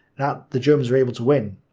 that the germans are able to win.